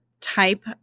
type